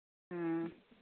ꯎꯝ